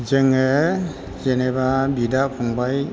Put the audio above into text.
जोङो जेनेबा बिदा फंबाय